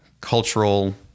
cultural